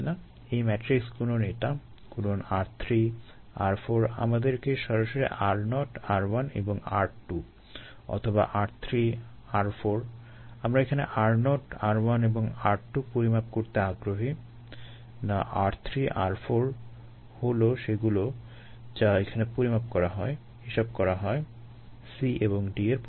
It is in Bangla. এই ম্যাট্রিক্স গুণন এটা গুণন r3 r4 আমাদেরকে সরাসরি r0 r1 এবং r2 অথবা r3 r4 আমরা এখানে r0 r1 এবং r2 পরিমাপ করতে আগ্রহী না r3 r4 হলো সেগুলো যা এখানে পরিমাপ করা হয় হিসাব করা হয় C এবং D এর পরিমাপ থেকে